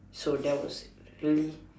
so that was really